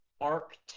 arc